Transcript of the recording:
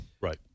right